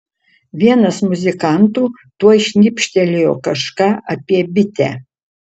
vienas muzikantų tuoj šnibžtelėjo kažką apie bitę